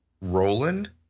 Roland